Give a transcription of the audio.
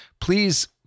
Please